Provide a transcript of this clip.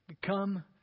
Come